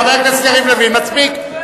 חבר הכנסת יריב לוין, מספיק.